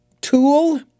tool